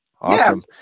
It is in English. Awesome